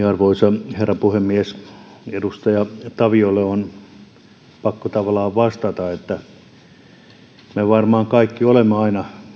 arvoisa herra puhemies edustaja taviolle on tavallaan pakko vastata että varmaan me kaikki olemme aina